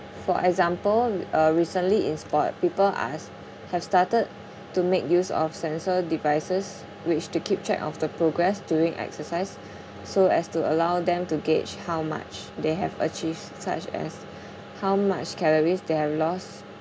for example uh recently in sport people uh s~ have started to make use of sensor devices which to keep track of the progress during exercise so as to allow them to gauge how much they have achieved such as how much calories they have lost